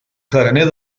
carener